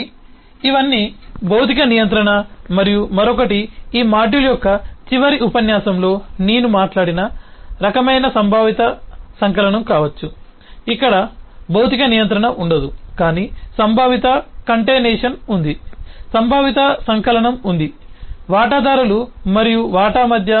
కాబట్టి ఇవన్నీ భౌతిక నియంత్రణ మరియు మరొకటి ఈ మాడ్యూల్ యొక్క చివరి ఉపన్యాసంలో నేను మాట్లాడిన రకమైన సంభావిత సంకలనం కావచ్చు ఇక్కడ భౌతిక నియంత్రణ ఉండదు కాని సంభావిత కంటైనేషన్ ఉంది సంభావిత సంకలనం ఉంది వాటాదారులు మరియు వాటా మధ్య